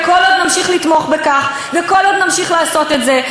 וכל עוד נמשיך לתמוך בכך וכל עוד נמשיך לעשות את זה,